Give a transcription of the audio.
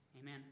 Amen